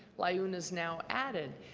liyuna has now added.